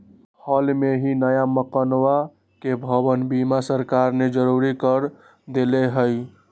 हल ही में नया मकनवा के भवन बीमा सरकार ने जरुरी कर देले है